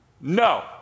no